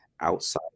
outside